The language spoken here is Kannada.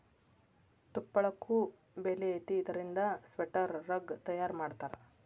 ತುಪ್ಪಳಕ್ಕು ಬೆಲಿ ಐತಿ ಇದರಿಂದ ಸ್ವೆಟರ್, ರಗ್ಗ ತಯಾರ ಮಾಡತಾರ